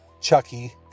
Chucky